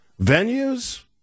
venues